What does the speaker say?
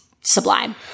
sublime